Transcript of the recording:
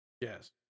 Yes